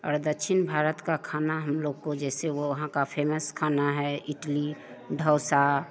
और दक्षिण भारत का खाना हमलोग को जैसे वह वहाँ का फ़ेमस खाना है इडली डोसा